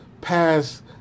pass